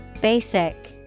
Basic